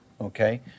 Okay